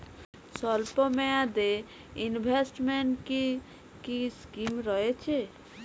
স্বল্পমেয়াদে এ ইনভেস্টমেন্ট কি কী স্কীম রয়েছে?